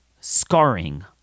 scarring